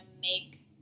make